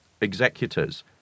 executors